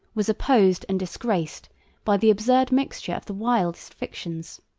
was opposed and disgraced by the absurd mixture of the wildest fictions.